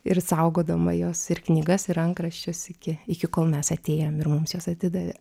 ir saugodama jos ir knygas rankraščius iki iki kol mes atėjom ir mums juos atidavė